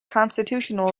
constitutional